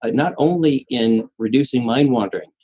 ah not only in reducing mind-wandering,